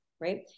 right